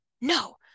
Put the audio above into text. no